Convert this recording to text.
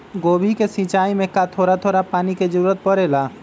गोभी के सिचाई में का थोड़ा थोड़ा पानी के जरूरत परे ला?